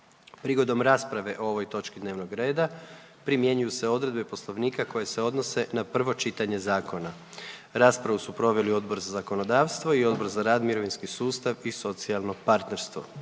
Prigodom rasprave o ovoj točki dnevnog reda primjenjuju se odredbe Poslovnika koje se odnose na prvo čitanje zakona. Raspravu su proveli Odbor za zakonodavstvo i Odbor za rad, mirovinski sustav i socijalno partnerstvo.